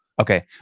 Okay